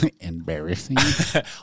Embarrassing